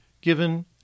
given